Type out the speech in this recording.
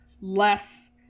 less